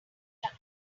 truck